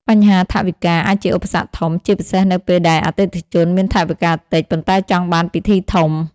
បញ្ហាថវិកា អាចជាឧបសគ្គធំ ជាពិសេសនៅពេលដែលអតិថិជនមានថវិកាតិច ប៉ុន្តែចង់បានពិធីធំ។